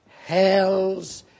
Hell's